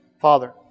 Father